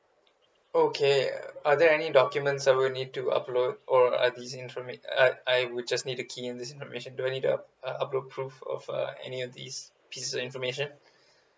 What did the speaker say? okay are there any documents I will need to upload or are these informa~ I I would just need to key in this information do I need to up~ uh upload proof of uh any these pieces of information